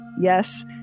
Yes